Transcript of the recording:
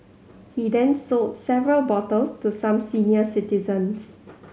he then sold several bottles to some senior citizens